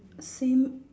same